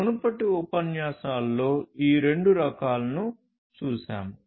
మునుపటి ఉపన్యాసాలలో ఈ రెండు రకాలను చూశాము